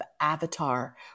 avatar